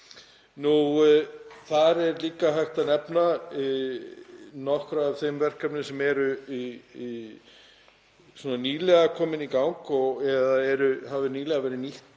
Þar er líka hægt að nefna nokkur af þeim verkefnum sem eru nýlega komin í gang eða hafa nýlega verið nýtt